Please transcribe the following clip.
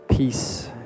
Peace